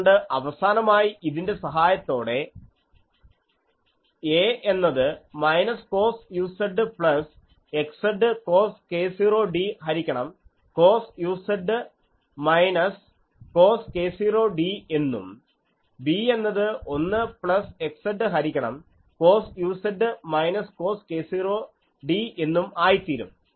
അതുകൊണ്ട് അവസാനമായി ഇതിൻറെ സഹായത്തോടെ 'a' എന്നത് minus cos uz plus xz cos k0d ഹരിക്കണം cos uz minus cos k0d എന്നും b എന്നത് 1 പ്ലസ് xz ഹരിക്കണം cos uz minus cos k0d എന്നും ആയിത്തീരും